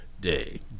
Day